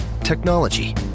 Technology